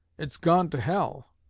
it's gone to hell